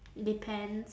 depends